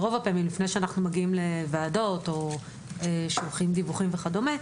ברוב הפעמים לפני שאנחנו מגיעים לוועדות או שולחים דיווחים וכדומה,